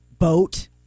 Boat